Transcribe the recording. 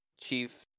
Chief